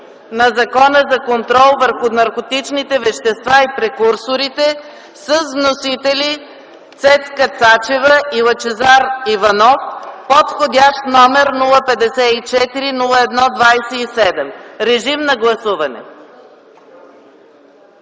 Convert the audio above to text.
на Закона за контрол върху наркотичните вещества и прекурсорите с вносители Цецка Цачева и Лъчезар Иванов, вх. № 054-01-27. Гласували